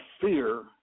fear